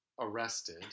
Arrested